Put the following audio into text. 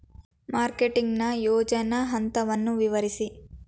Marketing ನ ಯೋಜನಾ ಹಂತವನ್ನು ವಿವರಿಸಿ?